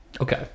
Okay